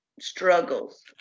struggles